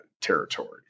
territories